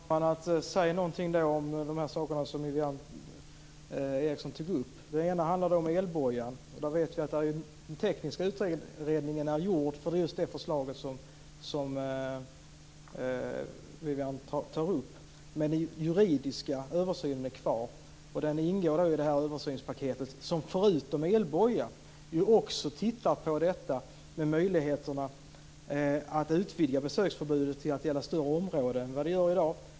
Fru talman! Jag vill ta tillfället i akt att säga någonting om de saker som Viviann Gerdin tog upp. Den ena frågan handlade om elbojan. Vi vet att den tekniska utredningen är gjord när det gäller just det förslag som Viviann tar upp, men den juridiska översynen är kvar. Den ingår i översynspaketet. Man tittar förutom på frågan om elboja på möjligheterna att utvidga besöksförbudet till att gälla större områden än vad det gör i dag.